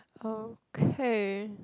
okay